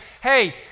hey